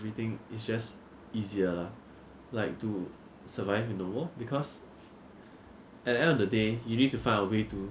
do my own investments and then bank because at the end of the day my own investment returns even though is using your money will be higher lah like 我帮公司